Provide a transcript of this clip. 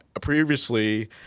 previously